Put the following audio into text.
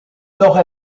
nord